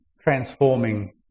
transforming